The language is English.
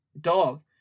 dog